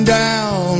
down